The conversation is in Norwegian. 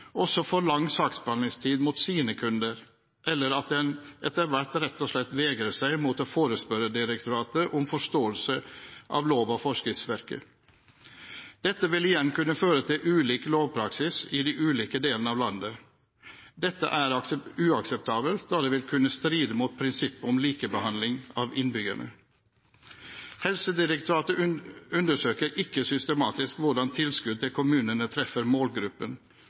også får lang saksbehandlingstid mot sine «kunder», eller at en etter hvert rett og slett vegrer seg mot å forespørre direktoratet om forståelse av lov- og forskriftsverket. Dette vil igjen kunne føre til ulik lovpraksis i de ulike delene av landet. Dette er uakseptabelt da det vil kunne stride mot prinsippet om likebehandling av innbyggerne. Helsedirektoratet undersøker ikke systematisk hvordan tilskudd til kommunene treffer målgruppen